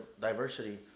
diversity